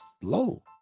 slow